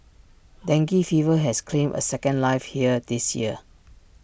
dengue fever has claimed A second life here this year